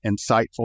insightful